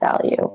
value